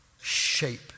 Shape